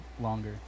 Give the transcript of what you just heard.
longer